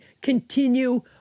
continue